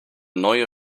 neue